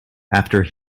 after